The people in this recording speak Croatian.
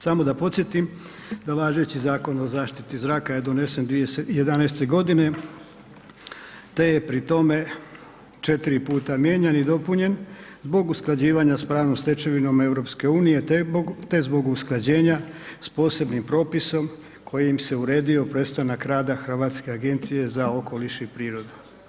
Samo da podsjetim da važeći Zakon o zaštiti zraka je donesen 2011. godine te je pri tome 4 puta mijenjan i dopunjen zbog usklađivanja s pravnom stečevinom EU te zbog usklađenja s posebnim propisom kojim se uredio prestanak rada Hrvatske agencije za okoliš i prirodu.